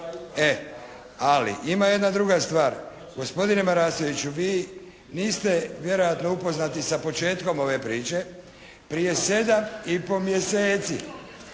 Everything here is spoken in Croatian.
e. Ali, ima jedna druga stvar. Gospodine Marasoviću, vi niste vjerojatno upoznati sa početkom ove priče. Prije 7 i pol mjeseci